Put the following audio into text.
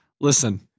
Listen